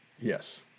Yes